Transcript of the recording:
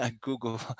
Google